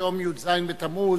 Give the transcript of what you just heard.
היום י"ז בתמוז.